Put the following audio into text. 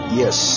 yes